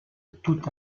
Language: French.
tout